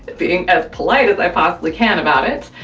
being as polite as i possibly can about it,